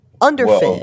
underfed